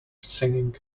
singing